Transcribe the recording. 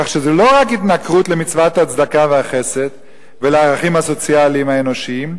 כך שזה לא רק התנכרות למצוות הצדקה והחסד ולערכים הסוציאליים האנושיים,